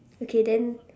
okay then